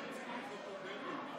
אורלי,